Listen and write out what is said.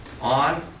on